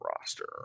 roster